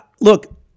look